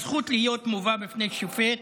הזכות להיות מובא בפני שופט